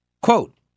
Quote